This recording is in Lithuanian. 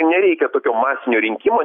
nereikia tokio masinio rinkimo